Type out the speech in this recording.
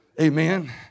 Amen